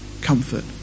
comfort